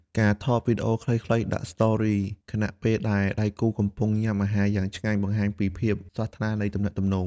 ការថតវីដេអូខ្លីៗ ដាក់ Story ខណៈពេលដែលដៃគូកំពុងញ៉ាំអាហារយ៉ាងឆ្ងាញ់ បង្ហាញពីភាពស្រស់ថ្លានៃទំនាក់ទំនង។